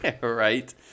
Right